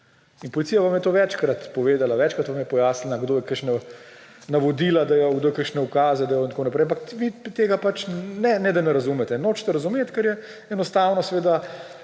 In policija vam je to večkrat povedala, večkrat vam je pojasnila, kdo je kakšna navodila dajal, kdo je kakšne ukaze dajal in tako naprej. Ampak vi tega pač ne … Ne, da ne razumete, nočete razumeti, ker je enostavno seveda